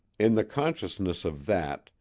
in the consciousness of that,